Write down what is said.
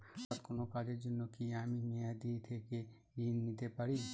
হঠাৎ কোন কাজের জন্য কি আমি মেয়াদী থেকে ঋণ নিতে পারি?